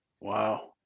Wow